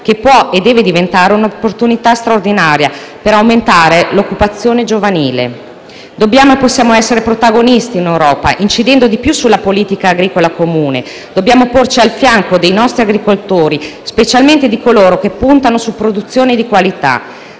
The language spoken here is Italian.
che può e deve diventare un'opportunità straordinaria per aumentare l'occupazione giovanile. Dobbiamo e possiamo essere protagonisti in Europa, incidendo di più sulla politica agricola comune; dobbiamo porci al fianco dei nostri agricoltori, specialmente di coloro che puntano su produzioni di qualità.